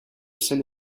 seine